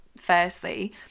firstly